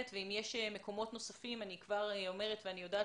אם יש מקומות נוספים - אני כבר אומרת ואני יודעת